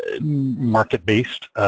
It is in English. market-based